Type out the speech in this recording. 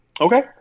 Okay